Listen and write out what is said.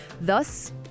thus